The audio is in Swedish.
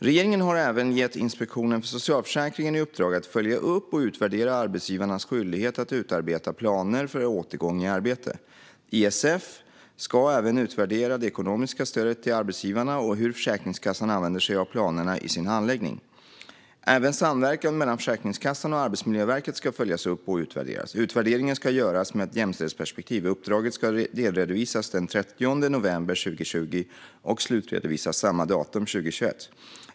Regeringen har även gett Inspektionen för socialförsäkringen i uppdrag att följa upp och utvärdera arbetsgivarnas skyldighet att utarbeta planer för återgång i arbete. ISF ska även utvärdera det ekonomiska stödet till arbetsgivarna och hur Försäkringskassan använder sig av planerna i sin handläggning. Även samverkan mellan Försäkringskassan och Arbetsmiljöverket ska följas upp och utvärderas. Utvärderingen ska göras med ett jämställdhetsperspektiv. Uppdraget ska delredovisas den 30 november 2020 och slutredovisas samma datum 2021.